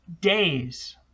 days